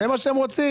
זה מה שהם רוצים.